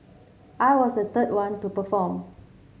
I was the third one to perform